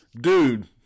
Dude